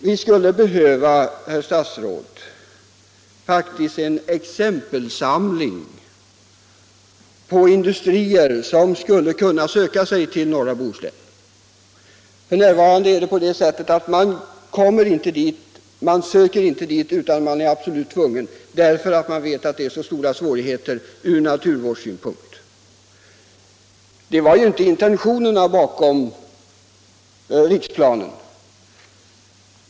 Vi skulle, herr statsråd, behöva få en exempelsamling på industrier som skulle kunna söka sig till norra Bohuslän. F. n. söker sig industrierna inte dit om de inte är absolut tvungna, därför att man vet att det från naturvårdssynpunkt möter så stora svårigheter. Detta var inte intentionerna bakom riksplanen.